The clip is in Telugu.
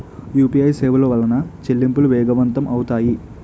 యూపీఏ సేవల వలన చెల్లింపులు వేగవంతం అవుతాయి